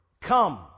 Come